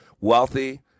Wealthy